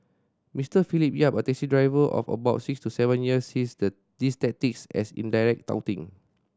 Mister Philip Yap a taxi driver of about six to seven years sees the these tactics as indirect touting